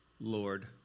Lord